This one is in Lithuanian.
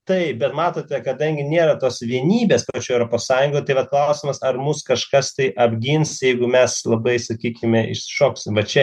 taip bet matote kadangi nėra tos vienybės pačioj europos sąjungoj tai vat klausimas ar mus kažkas tai apgins jeigu mes labai sakykime išsišoksim va čia